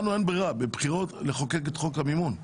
לנו אין ברירה בבחירות לחוקק את חוק המימון.